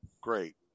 Great